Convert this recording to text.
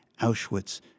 Auschwitz